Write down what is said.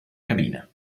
cabina